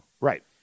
Right